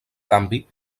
canvi